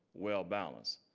well balanced,